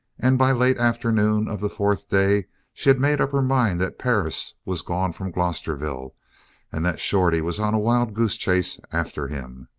and by late afternoon of the fourth day she had made up her mind that perris was gone from glosterville and that shorty was on a wild goose chase after him.